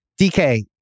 DK